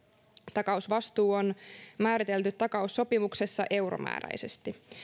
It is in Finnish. takausvastuu on määritelty takaussopimuksessa euromääräisesti